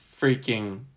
freaking